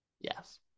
Yes